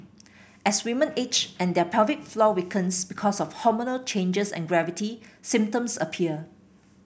as women age and their pelvic floor weakens because of hormonal changes and gravity symptoms appear